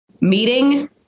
meeting